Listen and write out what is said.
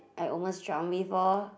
I almost drown before